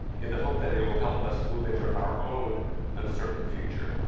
in the hope that they will help us move into our own uncertain future.